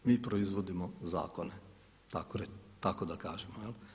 Mi proizvodimo zakone tako da kažemo.